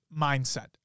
mindset